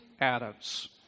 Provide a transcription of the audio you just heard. Adams